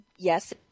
Yes